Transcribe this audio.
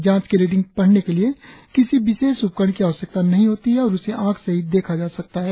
जांच की रीडिंग पढ़ने के लिए किसी विशेष उपकरण की आवयश्कता नहीं होती और उसे आंख से ही देखा जा सकता है